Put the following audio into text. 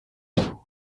too